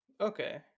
Okay